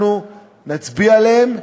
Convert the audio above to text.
אנחנו נצביע עליהם,